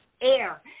air